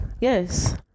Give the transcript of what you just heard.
Yes